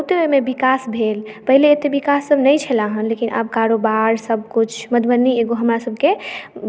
आ बहुते एहिमे विकास भेल पहिले एते विकास सब नहि छलए हन लेकिन आब कारोबार सब किछु मधुबनी एगो हमरा सबकेँ